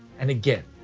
and again.